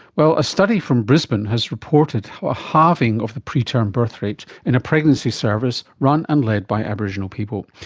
well, a study from brisbane has reported a halving of the preterm birth rate in a pregnancy service run and led by aboriginal people.